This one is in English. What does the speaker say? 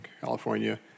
California